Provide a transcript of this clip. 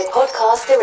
Podcast